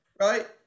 Right